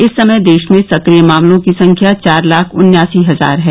इस समय देश में सक्रिय मामलों की संख्या चार लाख उन्यासी हजार है